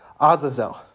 Azazel